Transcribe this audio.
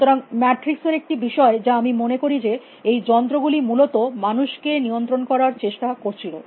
সুতরাং ম্যাট্রিক্স এর একটি বিষয় যা আমি মনে করি যে এই যন্ত্র গুলি মূলত মানুষকে নিয়ন্ত্রণ করার চেষ্টা করছিল